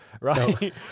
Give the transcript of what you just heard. right